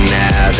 now